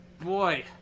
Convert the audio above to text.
Boy